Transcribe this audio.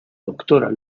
doctora